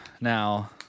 Now